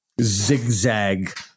zigzag